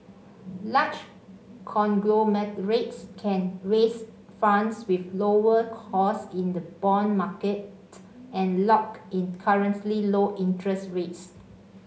large conglomerates can raise funds with lower cost in the bond market and lock in currently low interest rates